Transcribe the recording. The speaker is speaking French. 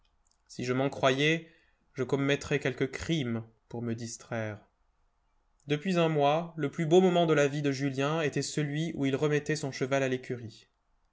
si je m'en croyais je commettrais quelque crime pour me distraire depuis un mois le plus beau moment de la vie de julien était celui où il remettait son cheval à l'écurie